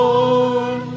Lord